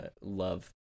love